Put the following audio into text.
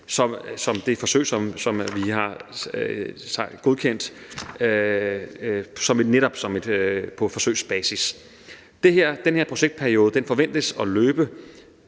som det forsøg, som vi har godkendt netop på forsøgsbasis. Den her projektperiode forventes at løbe